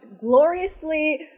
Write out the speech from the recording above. gloriously